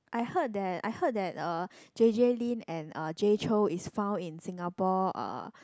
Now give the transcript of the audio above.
I heard that I heard that uh J_J-Lin and uh Jay-Chou is found in Singapore uh